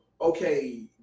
Okay